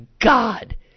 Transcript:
God